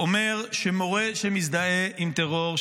אומר שמורה שמזדהה עם טרור,